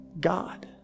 God